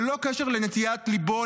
ללא קשר לנטיית ליבו,